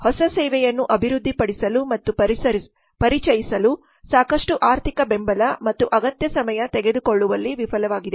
ಹೊಸ ಸೇವೆಯನ್ನು ಅಭಿವೃದ್ಧಿಪಡಿಸಲು ಮತ್ತು ಪರಿಚಯಿಸಲು ಸಾಕಷ್ಟು ಆರ್ಥಿಕ ಬೆಂಬಲ ಮತ್ತು ಅಗತ್ಯ ಸಮಯ ತೆಗೆದುಕೊಳ್ಳುವಲ್ಲಿ ವಿಫಲವಾಗಿದೆ